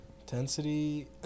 Intensity